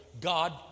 God